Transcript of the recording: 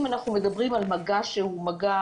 אם אנחנו מדברים על מגע של שיחה,